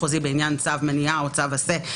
סעד כספי וגם בבית משפט מחוזי בעניין צו מניעה או צו עשה,